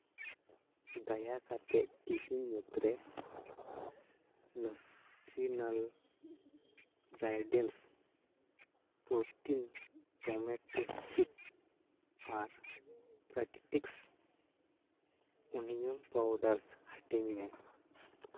ᱫᱟᱭᱟ ᱠᱟᱛᱮᱫ ᱛᱮᱦᱮᱧ ᱢᱩᱫᱽᱨᱮ ᱱᱮᱥᱤᱱᱟᱞ ᱜᱨᱟᱭᱰᱮᱞᱥ ᱯᱨᱚᱴᱤᱱ ᱴᱚᱢᱮᱴᱳ ᱥᱤᱰᱥ ᱟᱨ ᱯᱨᱮᱠᱴᱤᱥ ᱳᱱᱤᱭᱚᱱ ᱯᱟᱣᱰᱟᱨ ᱦᱟᱹᱴᱤᱧ ᱢᱮ